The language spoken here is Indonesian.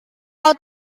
kau